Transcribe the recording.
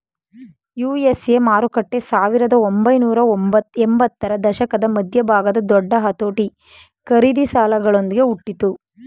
USA ಮಾರುಕಟ್ಟೆ ಸಾವಿರದ ಒಂಬೈನೂರ ಎಂಬತ್ತರ ದಶಕದ ಮಧ್ಯಭಾಗದ ದೊಡ್ಡ ಅತೋಟಿ ಖರೀದಿ ಸಾಲಗಳೊಂದ್ಗೆ ಹುಟ್ಟಿತು